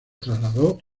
trasladó